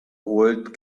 old